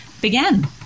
began